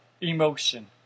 emotion